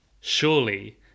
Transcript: Surely